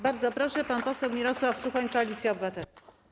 Bardzo proszę, pan poseł Mirosław Suchoń, Koalicja Obywatelska.